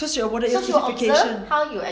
so she awarded your certification